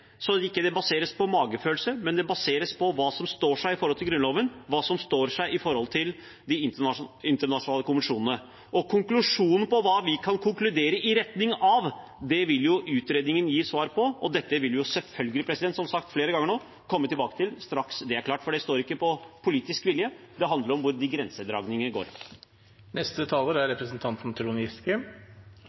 det ikke baseres på magefølelse, men på hva som står seg sett i forhold til Grunnloven, hva som står seg sett i forhold til de internasjonale konvensjonene. Konkusjonen, hva vi kan konkludere i retning av, vil utredningen gi svar på, og dette vil vi selvfølgelig, som sagt flere ganger nå, komme tilbake til straks det er klart. For det står ikke på politisk vilje, det handler om hvor de grensedragningene går. Representanten Trond Giske